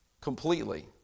completely